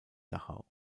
dachau